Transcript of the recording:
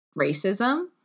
racism